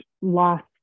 lost